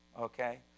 Okay